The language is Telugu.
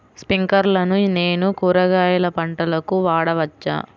స్ప్రింక్లర్లను నేను కూరగాయల పంటలకు వాడవచ్చా?